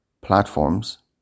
platforms